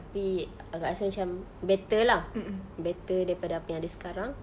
tapi akak rasa macam better lah better daripada apa yang ada sekarang